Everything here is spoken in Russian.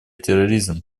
терроризм